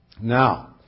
Now